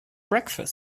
breakfast